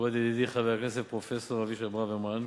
כבוד ידידי חבר הכנסת פרופסור אבישי ברוורמן,